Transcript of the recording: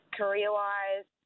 career-wise